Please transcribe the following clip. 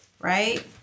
right